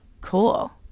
Cool